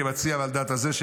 כמציע ועל דעת הזה,